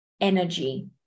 energy